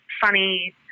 funny